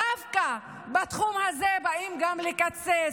ודווקא בתחום הזה באים לקצץ.